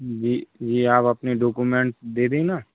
जी ये आप अपने डोकूमेंट्स दे देना